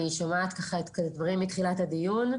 אני שומעת את הדברים מתחילת הדיון.